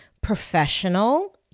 professional